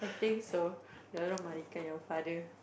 think so don't know your father